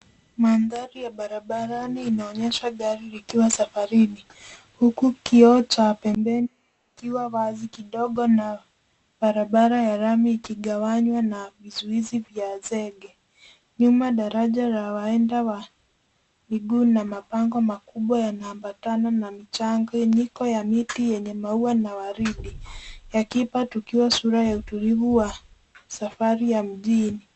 Mandhari ya barabarani inaonyesha gari likiwa safarini huku kioo cha pembeni kikiwa wazi kidogo na barabara ya lami ikigawanywa na vizuizi vya zege. Nyuma daraja la waenda wa miguu na mabango makubwa yameambatana na mchanganyiko ya miti yenye maua na waridi yakipa tukio sura ya utulivu wa safari ya mjini.